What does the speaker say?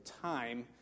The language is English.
time